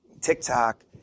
TikTok